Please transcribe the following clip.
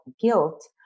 guilt